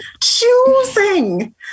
choosing